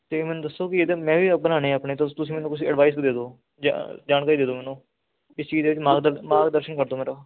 ਅਤੇ ਮੈਨੂੰ ਦੱਸੋ ਕਿ ਇਹਦਾ ਮੈਂ ਵੀ ਬਣਾਉਣੇ ਆਪਣੇ ਅਤੇ ਤ ਤੁਸੀਂ ਮੈਨੂੰ ਕੁਛ ਐਡਵਾਈਜ਼ ਦੇ ਦਿਓ ਜਾ ਜਾਣਕਾਰੀ ਦੇ ਦਿਓ ਮੈਨੂੰ ਇਸ ਚੀਜ਼ ਦੇ ਵਿੱਚ ਮਾਗ ਮਾਰਗਦਰਸ਼ਨ ਕਰ ਦਿਓ ਮੇਰਾ